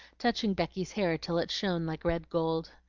touching becky's hair till it shone like red gold.